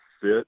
fit